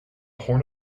horn